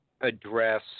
address